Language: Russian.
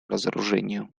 разоружению